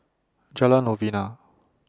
Jalan Novena